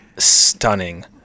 stunning